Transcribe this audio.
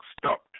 stopped